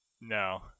No